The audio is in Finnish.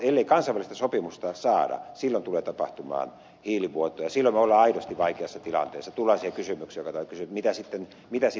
ellei kansainvälistä sopimusta saada silloin tulee tapahtumaan hiilivuotoa ja silloin me olemme aidosti vaikeassa tilanteessa tulemme siihen kysymykseen jonka joku kysyi mitä sitten aidosti tehdään